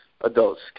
adults